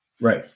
Right